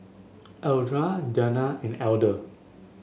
Eldred Dawna and Elder